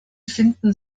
finden